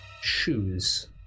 shoes